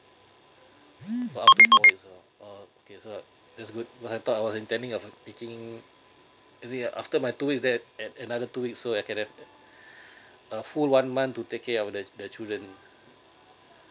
uh okay so that's good I thought I was intending of making is it after my two is then add another two weeks so at at the a full one month to take care of the of the children